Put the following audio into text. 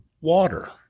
water